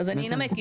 אז אני אנמק,